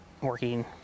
working